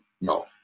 no